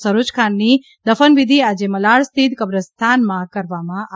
સરોજ ખાનની દફનવિધી આજે મલાડ સ્થિત કબ્રસ્તાનમાં કરવામાં આવશે